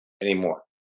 anymore